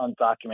undocumented